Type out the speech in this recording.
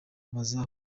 bazahura